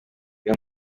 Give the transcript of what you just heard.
iyo